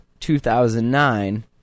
2009